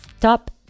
top